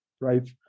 right